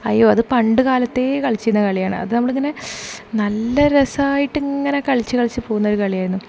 അയ്യോ അത് പണ്ട് കാലത്തെ കളിച്ചിരുന്ന കളിയാണ് അത് നമ്മളിങ്ങനെ നല്ല രസമായിട്ട് ഇങ്ങനെ കളിച്ച് കളിച്ച് പോവുന്നൊരു കളിയായിരുന്നു